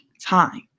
time